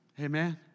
amen